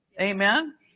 Amen